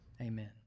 Amen